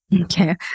Okay